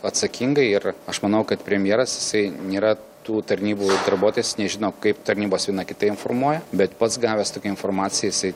atsakingai ir aš manau kad premjeras jisai nėra tų tarnybų darbuotojas jis nežino kaip tarnybos viena kitą informuoja bet pats gavęs tokią informaciją jisai